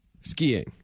Skiing